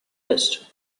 best